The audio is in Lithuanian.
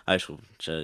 aišku čia